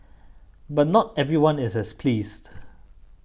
but not everyone is as pleased